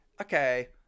okay